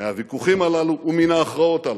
מן הוויכוחים הללו ומן ההכרעות האלה,